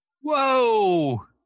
Whoa